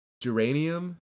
Geranium